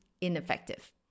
ineffective